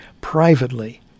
privately